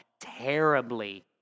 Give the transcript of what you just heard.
terribly